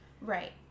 Right